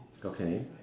okay